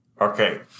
Okay